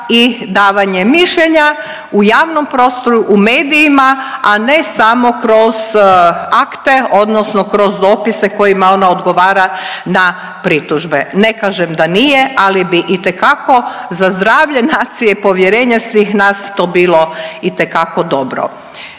i davanje mišljenja u javnom prostoru, u medijima, a ne samo kroz akte odnosno kroz dopise kojima ona odgovara na pritužbe, ne kažem da nije, ali bi itekako za zdravlje nacije i povjerenje svih nas to bilo itekako dobro.